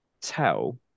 tell